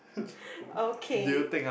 okay